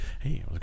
hey